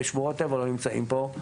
ושמורות טבע לא נמצאים פה,